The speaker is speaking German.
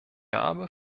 habe